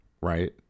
right